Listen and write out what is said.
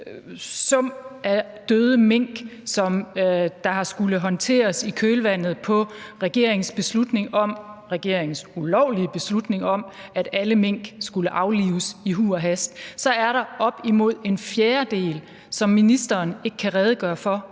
sum af døde mink, som har skullet håndteres i kølvandet på regeringens ulovlige beslutning om, at alle mink skulle aflives i huj og hast. Der er op imod en fjerdedel, som ministeren ikke kan redegøre for